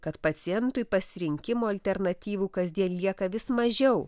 kad pacientui pasirinkimo alternatyvų kasdien lieka vis mažiau